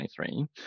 2023